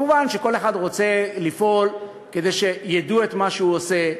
מובן שכל אחד רוצה לפעול כדי שידעו מה שהוא עושה,